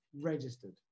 registered